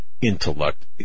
intellect